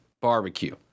barbecue